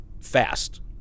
fast